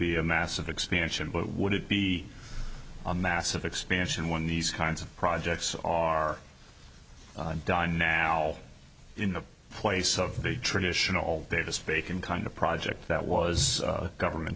be a massive expansion but would it be a massive expansion when these kinds of projects are done now in the place of the traditional biggest bacon kind of project that was a government